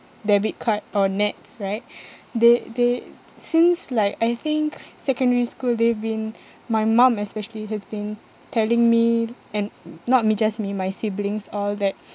debit card or NETS right they they since like I think secondary school they've been my mum especially has been telling me and not me just me my siblings all that